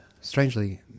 Strangely